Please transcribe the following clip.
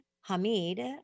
Hamid